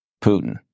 Putin